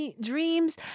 dreams